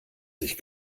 sich